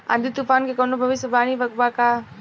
आँधी तूफान के कवनों भविष्य वानी बा की?